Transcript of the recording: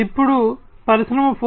ఇప్పుడు పరిశ్రమ 4